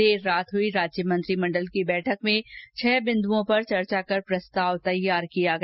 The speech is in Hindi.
देर रात हुई राज्य मंत्रिमंडल की बैठक में छह बिन्दओं पर चर्चा कर प्रस्ताव तैयार किया गया